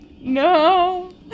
no